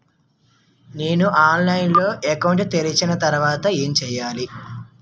నేను ఆన్లైన్ లో అకౌంట్ తెరిచిన తర్వాత ఏం చేయాలి?